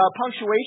punctuation